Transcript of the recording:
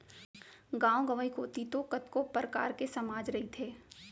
गाँव गंवई कोती तो कतको परकार के समाज रहिथे